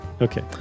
Okay